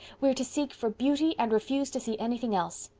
we're to seek for beauty and refuse to see anything else.